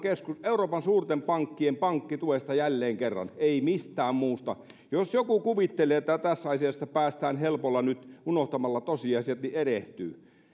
euroopan suurten pankkien pankkituesta jälleen kerran ei mistään muusta jos joku kuvittelee että tässä asiassa päästään helpolla nyt unohtamalla tosiasiat niin erehtyy